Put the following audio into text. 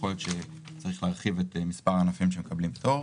ויכול להיות שצריך להרחיב את מספר הענפים שמקבלים פטור.